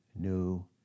new